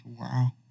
Wow